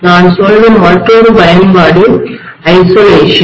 நான் சொல்லும் மற்றொரு பயன்பாடு தனிமைப்படுத்தல் ஐசொலேஷன்